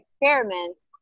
experiments